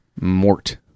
Mort